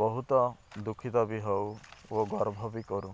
ବହୁତ ଦୁଃଖିତ ବି ହଉ ଓ ଗର୍ଭ ବି କରୁ